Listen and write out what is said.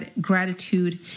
gratitude